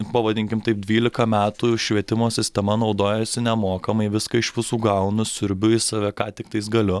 pavadinkim taip dvylika metų švietimo sistema naudojausi nemokamai viską iš visų gaunu siurbiu į save ką tiktais galiu